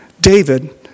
David